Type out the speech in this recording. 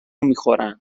میخورن